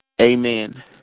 Amen